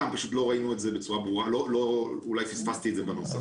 פשוט לא ראינו את זה בצורה ברורה ואולי פספסתי את זה בנוסח.